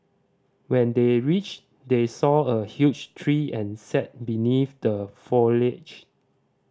when they reached they saw a huge tree and sat beneath the foliage